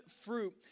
fruit